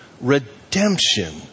redemption